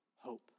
hope